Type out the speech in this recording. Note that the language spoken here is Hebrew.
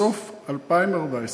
בסוף 2014,